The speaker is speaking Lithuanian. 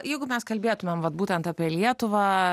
jeigu mes kalbėtumėm vat būtent apie lietuvą